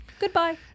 Goodbye